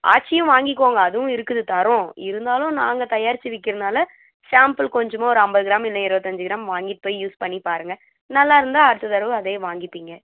ஆச்சியும் வாங்கிக்கோங்க அதுவும் இருக்குது தரோம் இருந்தாலும் நாங்கள் தயாரிச்சு விற்கிறனால சாம்பிள் கொஞ்சமாக ஒரு ஐம்பது கிராம் இல்லை இருபத்தஞ்சி கிராம் வாங்கிட்டு போய் யூஸ் பண்ணிப்பாருங்க நல்லாயிருந்தா அடுத்த தடவை அதே வாங்கிப்பீங்க